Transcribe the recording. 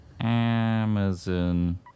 Amazon